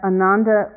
Ananda